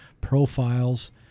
profiles